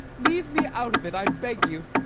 leave me out of it, i beg you.